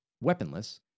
weaponless